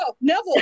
Neville